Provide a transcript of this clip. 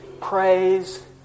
praise